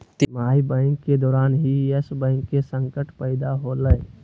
तिमाही के दौरान ही यस बैंक के संकट पैदा होलय